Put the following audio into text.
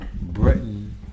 Britain